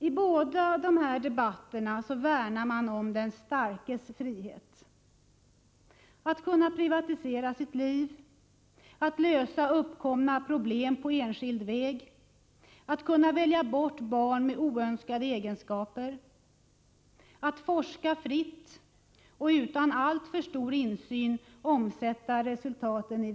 I båda debatterna värnar man om den starkes frihet — friheten att kunna privatisera sitt liv, att lösa uppkomna problem på enskild väg, att kunna välja bort barn med oönskade egenskaper, att forska fritt och att, utan alltför stor insyn, i vinstsyfte omsätta resultaten.